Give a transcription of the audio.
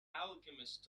alchemist